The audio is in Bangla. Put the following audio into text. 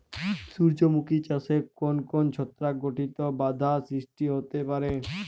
সূর্যমুখী চাষে কোন কোন ছত্রাক ঘটিত বাধা সৃষ্টি হতে পারে?